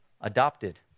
adopted